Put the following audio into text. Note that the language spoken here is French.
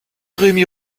rémy